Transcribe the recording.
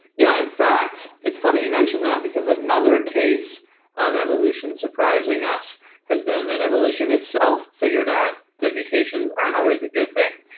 yeah. in fact, it's funny you mentioned that, because another case of evolution surprising us has been that evolution itself figured out that mutations aren't always a good thing.